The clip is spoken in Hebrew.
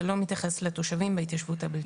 זה לא מתייחס לתושבים מההתיישבות הבלתי מוסדרת.